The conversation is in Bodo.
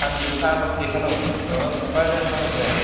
सान्दुं गोसाबासो देखानांगौ ओहो अखा हाबा जाया